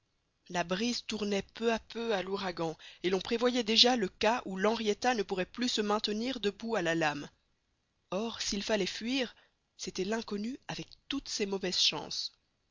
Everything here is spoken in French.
la brise tournait peu à peu à l'ouragan et l'on prévoyait déjà le cas où l'henrietta ne pourrait plus se maintenir debout à la lame or s'il fallait fuir c'était l'inconnu avec toutes ses mauvaises chances